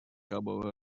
кабо